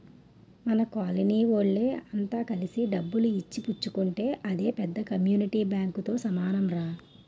మన కోలనీ వోళ్ళె అంత కలిసి డబ్బులు ఇచ్చి పుచ్చుకుంటే అదే పెద్ద కమ్యూనిటీ బాంకుతో సమానంరా